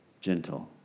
gentle